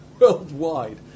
worldwide